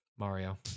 Mario